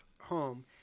home